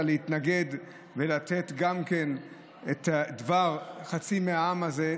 להתנגד ולתת גם כן את דבר חצי מהעם הזה,